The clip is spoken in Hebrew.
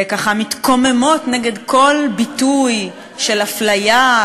וככה מתקוממות נגד כל ביטוי של הפליה,